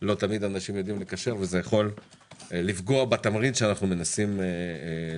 לא תמיד הם יודעים לקשר וזה יכול לפגוע בתמריץ שאנו מנסים לייצר.